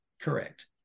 Correct